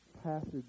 passage